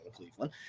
Cleveland